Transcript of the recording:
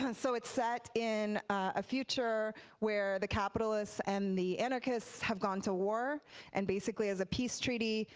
and so it's set in a future where the capitalists and the anarchists have gone to war and basically as a peace treaty,